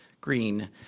green